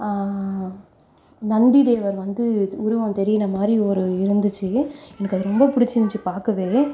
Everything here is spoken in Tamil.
நந்திதேவர் வந்து உருவம் தெரிகிற மாதிரி ஒரு இருந்துச்சு எனக்கு அது ரொம்ப பிடிச்சிருந்துச்சி பார்க்கவே